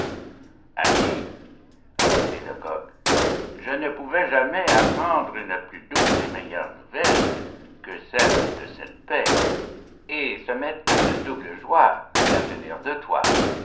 ami reprit le coq je ne pouvais jamais apprendre une plus douce et meilleure nouvelle que celle de cette paix et ce m'est une double joie de la tenir de toi